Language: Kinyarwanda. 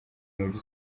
umujyi